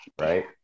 Right